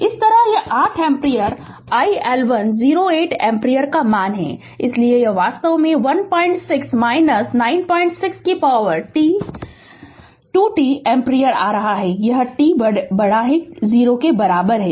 इसी तरह यह 8 एम्पीयर iL108 एम्पीयर का मान है इसलिए यह वास्तव में 16 96 e t 2 t एम्पीयर आ रहा है यह t के लिए है या 0 के बराबर है